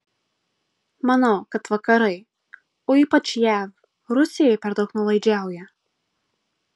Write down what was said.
manau kad vakarai o ypač jav rusijai per daug nuolaidžiauja